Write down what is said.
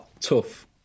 tough